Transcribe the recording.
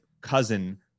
cousin